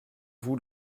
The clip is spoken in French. vous